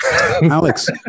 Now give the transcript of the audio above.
Alex